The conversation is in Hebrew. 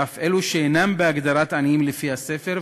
ואף אלו שאינם בהגדרת עניים לפי הספר,